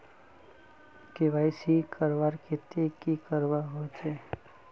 KYC करवार केते की करवा होचए?